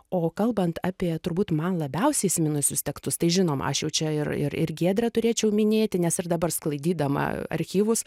o kalbant apie turbūt man labiausiai įsiminusius tekstus tai žinoma aš jau čia ir ir giedrę turėčiau minėti nes ir dabar sklaidydama archyvus